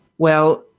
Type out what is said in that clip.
well,